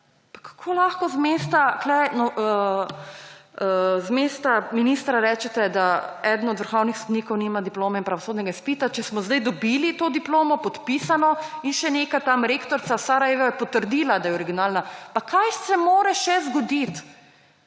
kako lahko z mesta ministra rečete, da eden od vrhovnih sodnikov nima diplome in pravosodnega izpita, če smo zdaj dobili to diplomo podpisano in še neka rektorica iz Sarajeva je potrdila, da je originalna?! Pa kaj se more še zgoditi